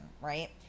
right